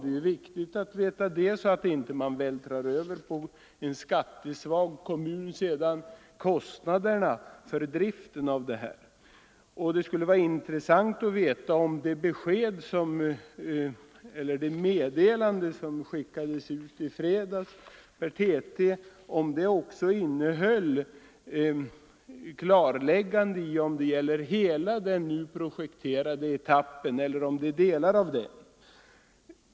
Det är viktigt att veta det, så att man inte på en skattesvag kommun vältrar över kostnaderna för driften. Det skulle vara intressant att veta om det meddelande som skickades ut i fredags via TT också innehöll ett klarläggande av om det gäller hela den projekterade etappen eller delar därav.